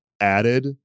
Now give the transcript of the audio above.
added